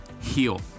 heal